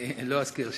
אני לא אזכיר שמות.